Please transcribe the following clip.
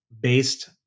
based